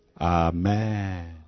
Amen